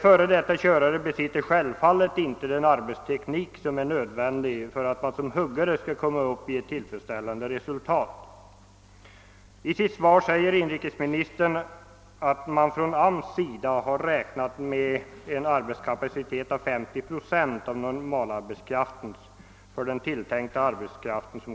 Före detta körare besitter självfallet inte den arbetsteknik som är nödvändig för att de som huggare skall kunna uppnå ett tillfredsställande arbetsresultat. I sitt svar säger inrikesministern att man från AMS sida har räknat en arbetskapacitet av 50 procent av normalarbetskraftens för den tilltänkta arbetskraften.